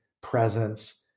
presence